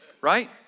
Right